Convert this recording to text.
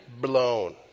blown